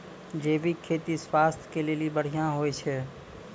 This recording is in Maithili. जैविक खेती स्वास्थ्य के लेली बढ़िया होय छै